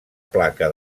placa